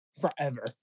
forever